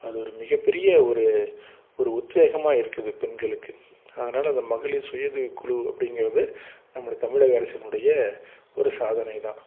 அது ஒரு மிகப்பெரிய ஒரு ஒரு உத்தேசமாக இருக்குது பெண்களுக்கு அதனால அந்த மகளிர் சுய உதவி குழு அப்படிங்கிறது நம்மளோட தமிழக அரசினுடைய ஒரு சாதனை தான்